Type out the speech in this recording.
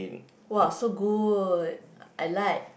!wah! so good I like